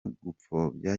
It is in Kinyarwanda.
gupfobya